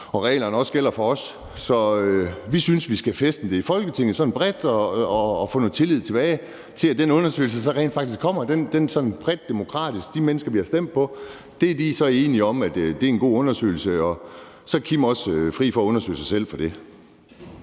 at reglerne også gælder for os. Så vi synes, at vi skal fæstne det bredt i Folketinget og få en tillid til, at den undersøgelse så rent faktisk også kommer, tilbage, altså sådan bredt demokratisk, så de mennesker, der har stemt på en, er enige om, at det er en god undersøgelse, og så Kim også er fri for at undersøge sig selv for det.